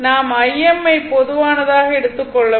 நாம் Im ஐ பொதுவானதாக எடுத்துக் கொள்ளவும்